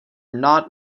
not